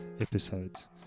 episodes